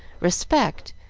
respect,